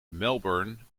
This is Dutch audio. melbourne